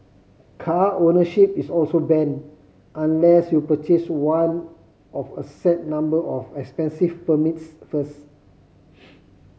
car ownership is also banned unless you purchase one of a set number of expensive permits first